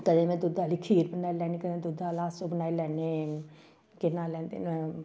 कदें में दुद्ध आह्ली खीर बनाई लैन्नी कदें दुद्धै आह्ला अस ओह् बनाई लैन्ने केह् नां लैंदे न